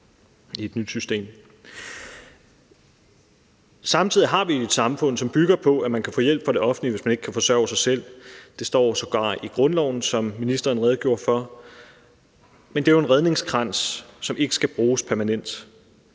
Samtidig har vi jo et samfund, som bygger på, at man kan få hjælp fra det offentlige, hvis man ikke kan forsørge sig selv – det står sågar i grundloven, som ministeren redegjorde for – men det er jo en redningskrans, som ikke skal bruges permanent.